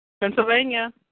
Pennsylvania